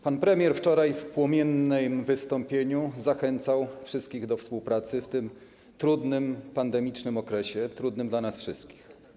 Pan premier wczoraj w płomiennym wystąpieniu zachęcał wszystkich do współpracy w tym trudnym, pandemicznym okresie - trudnym dla nas wszystkich.